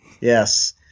Yes